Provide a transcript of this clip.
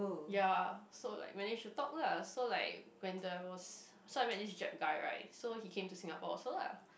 ya so like manage to talk lah so like when there was so I met this jap guy right so he came to Singapore also lah